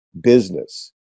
Business